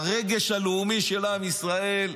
ברגש הלאומי של עם ישראל,